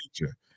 nature